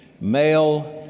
male